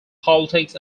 politics